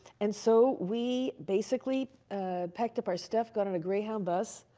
and so we basically packed up our stuff, got on a greyhound bus,